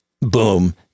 boom